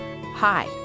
Hi